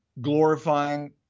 glorifying